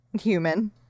Human